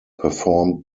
performed